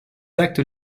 actes